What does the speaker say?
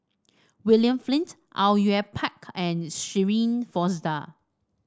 William Flint Au Yue Pak and Shirin Fozdar